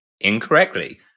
Incorrectly